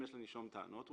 אם יש לנישום טענות,